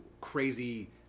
crazy